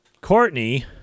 Courtney